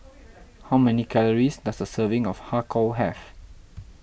how many calories does a serving of Har Kow have